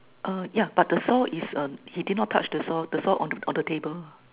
uh yeah but the saw is uh he did not touch the saw the saw on the on the table